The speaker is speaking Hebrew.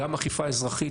גם אכיפה אזרחית,